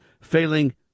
failing